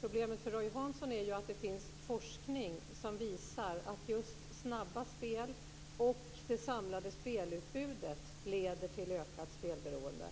Problemet för Roy Hansson är att det finns forskning som visar att just snabba spel och det samlade spelutbudet leder till ökat spelberoende.